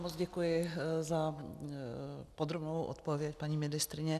Moc děkuji za podrobnou odpověď, paní ministryně.